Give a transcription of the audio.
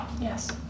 Yes